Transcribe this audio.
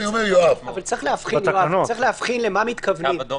צריך להבחין למה מתכוונים.